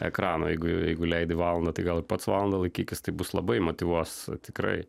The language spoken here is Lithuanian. ekrano jeigu jeigu leidi valandą tai gal ir pats valandą laikykis tai bus labai motyvuos tikrai